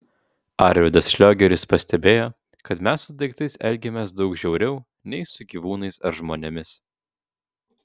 arvydas šliogeris pastebėjo kad mes su daiktais elgiamės daug žiauriau nei su gyvūnais ar žmonėmis